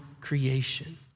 creation